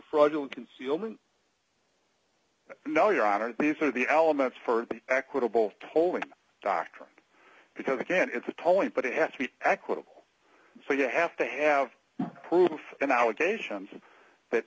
fraudulent concealment no your honor the use of the elements for equitable tolling doctrine because again it's a tolling but it has to be equitable so you have to have proof and allegations that